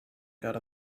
got